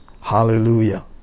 Hallelujah